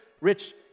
rich